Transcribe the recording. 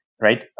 right